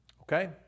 okay